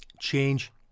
change